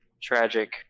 tragic